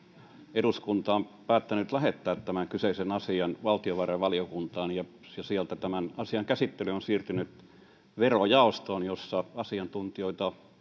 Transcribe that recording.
eduskunta on päättänyt lähettää tämän kyseisen asian valtiovarainvaliokuntaan ja sieltä tämän asian käsittely on siirtynyt verojaostoon jossa asiantuntijoita